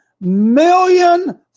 million